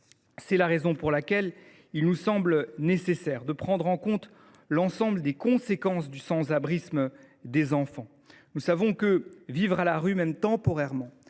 C’est la raison pour laquelle il est nécessaire de prendre en compte l’ensemble des conséquences du sans abrisme des enfants. Nous savons que le fait de vivre à la rue, même temporairement,